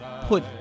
put